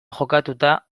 jokatuta